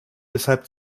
deshalb